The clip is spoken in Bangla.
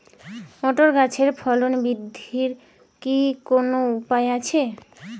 মোটর গাছের ফলন বৃদ্ধির কি কোনো উপায় আছে?